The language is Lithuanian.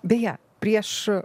beje prieš